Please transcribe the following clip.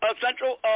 Central